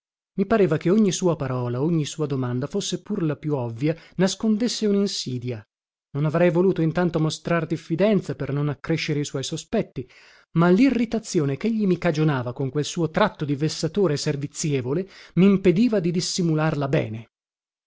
i pareva che ogni sua parola ogni sua domanda fosse pur la più ovvia nascondesse uninsidia non avrei voluto intanto mostrar diffidenza per non accrescere i suoi sospetti ma lirritazione chegli mi cagionava con quel suo tratto da vessatore servizievole mimpediva di dissimularla bene